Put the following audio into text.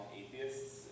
atheists